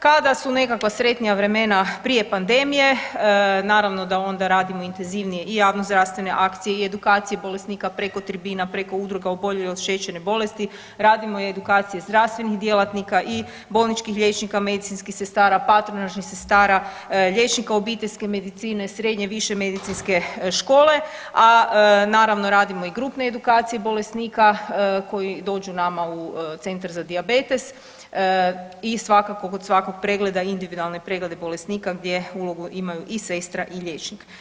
Kada su nekakva sretnija vremena prije pandemije naravno da onda radimo intenzivnije i javnozdravstvene akcije i edukacije bolesnika preko tribina, preko udruga oboljelih od šećerne bolesti, radimo edukacije i zdravstvenih djelatnika i bolničkih liječenih, medicinskih sestara, patronažnih sestara, liječnika obiteljske medicine, srednje-više medicinske škole, a naravno radimo i grupne edukacije bolesnika koji dođu nama u Centar za dijabetes i svakako kod svakog pregleda individualne preglede bolesnika gdje ulogu imaju i sestra i liječnik.